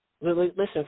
Listen